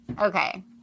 Okay